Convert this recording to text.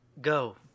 Go